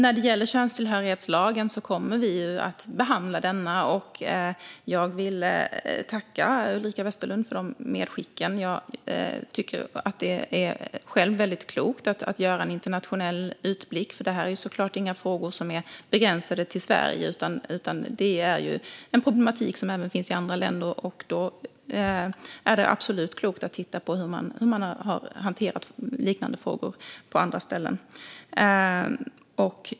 Fru talman! Vi kommer att behandla könstillhörighetslagen, och jag vill tacka Ulrika Westerlund för medskicken. Jag tycker själv att det är klokt att göra en internationell utblick. Dessa frågor är ju inte begränsade till Sverige, utan denna problematik finns även i andra länder. Då är det absolut klokt att titta på hur man har hanterat liknande frågor på andra ställen.